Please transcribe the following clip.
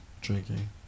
drinking